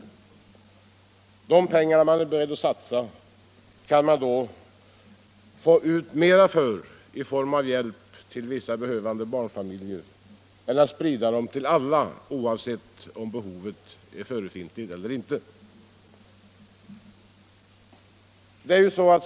Man kan då för de pengar som man där är beredd att satsa få ut mera i form av hjälp till vissa behövande barnfamiljer än om man sprider pengarna till alla, oavsett om det föreligger behov eller inte.